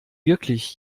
wirklich